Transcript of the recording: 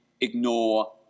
ignore